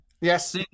Yes